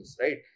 right